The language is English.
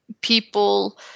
people